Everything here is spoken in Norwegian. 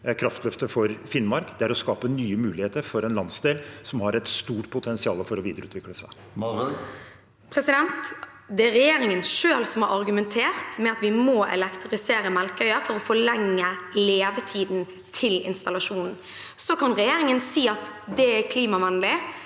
kraftløftet for Finnmark – å skape nye muligheter for en landsdel som har et stort potensial for å videreutvikle seg. Sofie Marhaug (R) Det er regjeringen selv som har argumentert med at vi må elektrifisere Melkøya for å forlenge levetiden til installasjonen. Så kan regjeringen si at det er klimavennlig